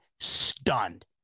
stunned